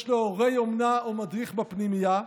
יש לו הורי אומנה או מדריך בפנימייה.